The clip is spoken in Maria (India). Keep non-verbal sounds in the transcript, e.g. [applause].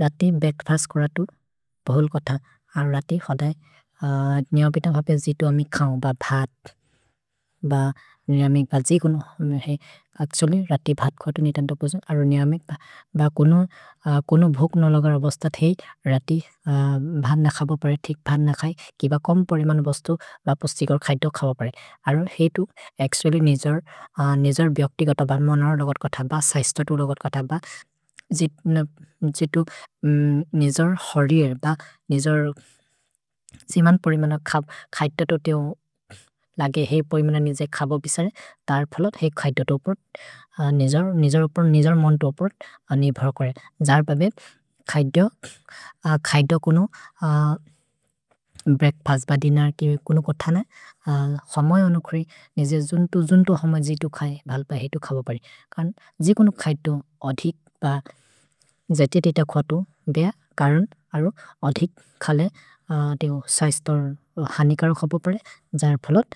रति breakfast करतु भोल् कथ। अरु रति खधै। [hesitation] न्यमिक्त भपे जितु अम्मि खौ। भ भत्। [hesitation] भ न्यमिक्त। अक्शुलि रति भत् खतु। नितन्त पुजम्। अरु न्यमिक्त। भ कुनु भुक् न लगर बस्त थेइ। रति भत् न खब परे। तिक् भत् न खै। किब कम् परिमन् बस्त। भ पोस्तिकर् खैत हो खब परे। अरु हेतु। अक्शुलि निजर्। निजर् ब्यक्ति कथ ब। मनर रगत् कथ ब। सैस्ततु रगत् कथ ब। जितु निजर् हरिएर् ब। निजर् सिमन् परिमन खैत तो थेओ। लगि हेइ परिमन निजर् खब पिसरे। तर् फलत् हेइ खैत तो अपर्त्। निजर् अपर्त्। निजर् मोन्त् अपर्त्। अनि भर् करे। जर् भपे खैत। खैत [hesitation] कुनु। भ्रेअक्फस्त् ब दिनर् के कुनु कोथन। हमै अनुखोरि। निजर् जुन्तु। जुन्तु हमै जितु खै। हल्प हेइतु खब परे। करन् जिकुनु खैतो अधिक्। भ। जति तीत खतु बेअ। करन् अरु अधिक् खले। थेओ सैस्तोर् हनिकर खब परे। जर् फलत्